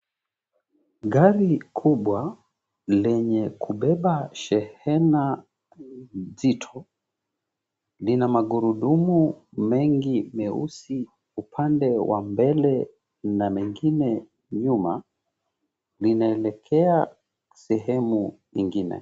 Gari kubwa, lenye kubeba shehena mzito, lina magurudumu mengi meusi upande wa mbele na mengine nyuma. Linaelekea sehemu ingine.